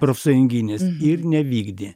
profsąjunginės ir nevykdė